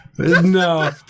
No